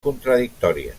contradictòries